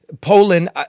Poland